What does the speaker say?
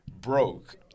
broke